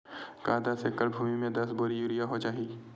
का दस एकड़ भुमि में दस बोरी यूरिया हो जाही?